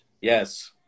Yes